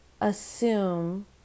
assume